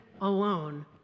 alone